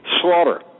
slaughter